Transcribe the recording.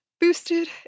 boosted